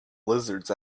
lizards